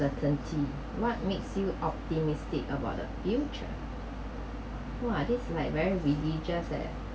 ~certainty what's make you optimistic about the future !wah! this like very religious eh